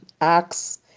Acts